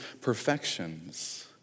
perfections